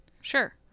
Sure